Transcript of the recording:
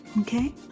okay